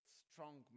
strong